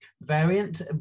variant